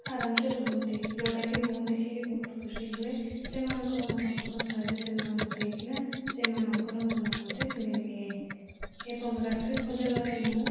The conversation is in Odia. ଆରାମସେ ରୁହନ୍ତି ଯେଉଁଟା କି ମୁଁ ଦେଖି କି ବହୁତ ଖୁସି ହୁଏ ସେମାନଙ୍କର ମନପସନ୍ଦ ଖାଦ୍ୟ ସେମାନଙ୍କୁ ଦେଇକିନା ସେମାନଙ୍କର ମନ ମଧ୍ୟ କିଣି ନିଏ ଏବଂ ରାତ୍ରି ଭୋଜନରେ ମୁଁ